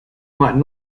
might